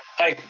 aye.